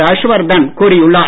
ஹர்ஷ்வர்தன் கூறியுள்ளார்